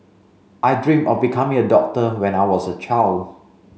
I dream of becoming a doctor when I was a child